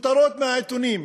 כותרות מהעיתונים,